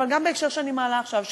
אבל גם בהקשר שאני מעלה עכשיו,